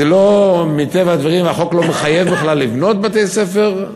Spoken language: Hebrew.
מטבע הדברים החוק לא מחייב בכלל לבנות בתי-ספר.